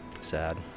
Sad